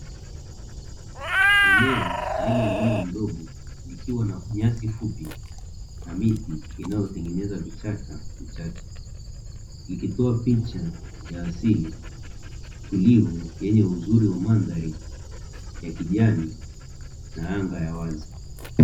Eneo lenye mlima mdogo likiwa na nyasi fupi na miti inayotengeneza vichaka vichache, ikitoa picha ya asili, tulivu yenye uzuri wa mandhari ya kijani na anga ya wazi.